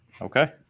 Okay